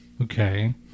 Okay